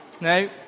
No